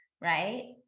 right